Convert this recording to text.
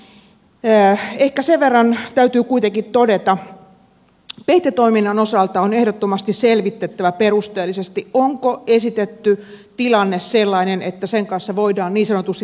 ehkä sen verran täytyy kuitenkin todeta että peitetoiminnan osalta on ehdottomasti selvitettävä perusteellisesti onko esitetty tilanne sellainen että sen kanssa voidaan niin sanotusti turvallisesti elää